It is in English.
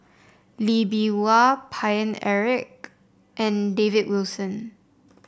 Lee Bee Wah Paine Eric and David Wilson